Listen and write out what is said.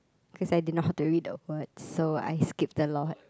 cause I didn't know how to read the word so I skipped a lot